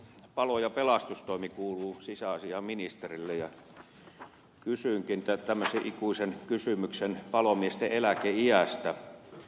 palo ja pelastustoimi kuuluu sisäasiainministerille ja esitänkin tämmöisen ikuisen kysymyksen palomiesten eläkeiästä